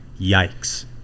Yikes